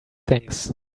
things